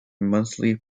monthly